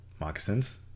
Moccasins